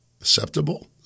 Acceptable